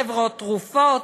חברות תרופות.